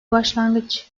başlangıç